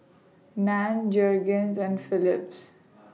NAN Jergens and Philips